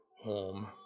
home